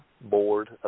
board